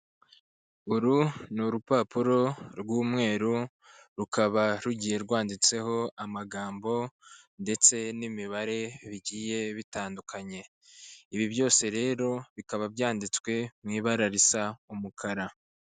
Uru ni urupapuro rw'umweru, rukaba rugiye rwanditseho amagambo ndetse n'imibare bigiye bitandukanye, ibi byose rero bikaba byanditswe mu ibara risa umukara.